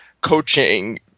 coaching